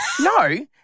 no